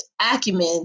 acumen